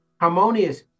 harmonious